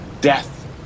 Death